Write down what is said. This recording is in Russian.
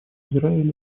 израиля